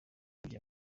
yibye